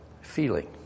feeling